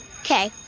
Okay